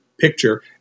Picture